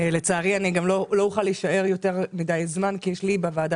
לצערי לא אוכל להישאר יותר מידי זמן כי בוועדה